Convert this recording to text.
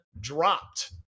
dropped